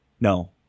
No